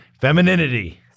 femininity